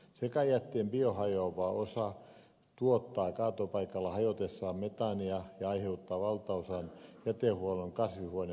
sekajätteen biohajoava osa tuottaa kaatopaikalla hajotessaan metaania ja aiheuttaa valtaosan jätehuollon kasvihuonepäästöistä